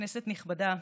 כנסת נכבדה,